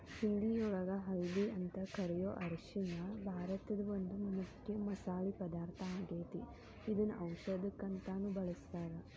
ಹಿಂದಿಯೊಳಗ ಹಲ್ದಿ ಅಂತ ಕರಿಯೋ ಅರಿಶಿನ ಭಾರತದ ಒಂದು ಮುಖ್ಯ ಮಸಾಲಿ ಪದಾರ್ಥ ಆಗೇತಿ, ಇದನ್ನ ಔಷದಕ್ಕಂತಾನು ಬಳಸ್ತಾರ